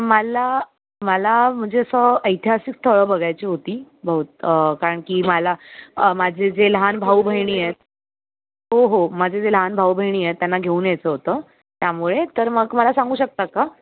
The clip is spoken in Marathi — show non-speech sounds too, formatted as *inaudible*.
मला मला म्हणजे असं ऐतिहासिक स्थळं बघायची होती *unintelligible* कारण की मला माझे जे लहान भाऊबहिणी आहेत हो हो माझे लहान भाऊबहिणी आहेत त्यांना घेऊन यायचं होतं त्यामुळे तर मग मला सांगू शकता का